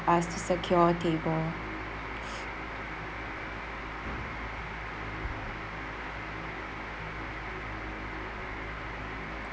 us to secure a table